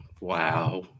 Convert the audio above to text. Wow